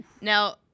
Now